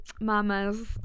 mamas